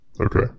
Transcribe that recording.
Okay